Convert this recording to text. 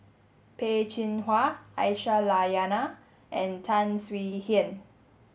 Peh Chin Hua Aisyah Lyana and Tan Swie Hian